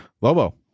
Lobo